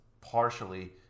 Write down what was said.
partially